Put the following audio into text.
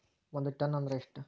ಒಂದ್ ಟನ್ ಅಂದ್ರ ಎಷ್ಟ?